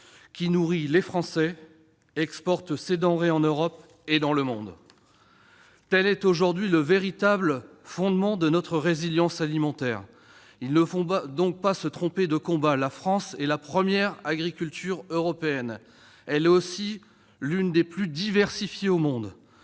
qui nourrit les Français et exporte ses denrées en Europe et dans le monde. Tel est aujourd'hui le véritable fondement de notre résilience alimentaire. Il ne faut donc pas se tromper de combat. L'agriculture française, la première d'Europe, est aussi l'une des plus diversifiées au monde.